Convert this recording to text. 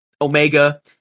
Omega